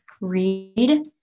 read